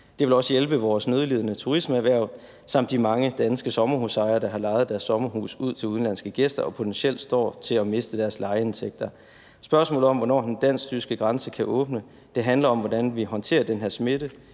Det vil også hjælpe vores nødlidende turismeerhverv samt de mange danske sommerhusejere, der har lejet deres sommerhuse ud til udenlandske gæster og potentielt står til at miste deres lejeindtægter. Spørgsmålet om, hvornår den dansk-tyske grænse kan åbne, handler om, hvordan vi håndterer den her smitte.